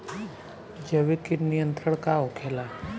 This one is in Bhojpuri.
जैविक कीट नियंत्रण का होखेला?